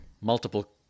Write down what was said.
multiple